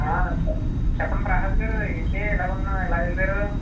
చెప్పండి ప్రసాద్ గారు ఎంటి ఇలాగ ఎలాగున్నారు